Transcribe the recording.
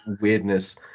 weirdness